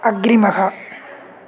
अग्रिमः